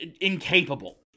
incapable